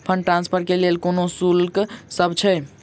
Fund transfer केँ लेल कोनो शुल्कसभ छै?